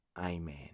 Amen